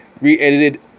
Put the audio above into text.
re-edited